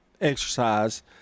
exercise